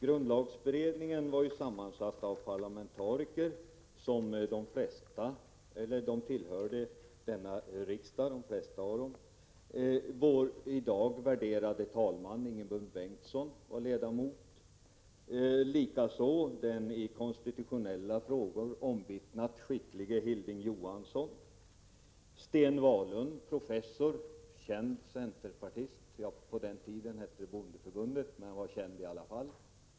Grundlagberedningen var sammansatt av parlamentariker, varav de flesta tillhörde riksdagen. Vår värderade talman Ingemund Bengtsson var ledamot, liksom den i konstitutionella frågor omvittnat skicklige Hilding Johansson och Sten Wahlund, professor och känd bondeförbundare.